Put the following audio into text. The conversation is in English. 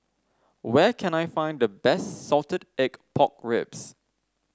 where can I find the best Salted Egg Pork Ribs